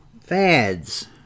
Fads